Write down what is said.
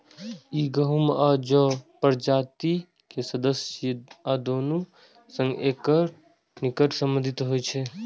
ई गहूम आ जौ प्रजाति के सदस्य छियै आ दुनू सं एकर निकट संबंध होइ छै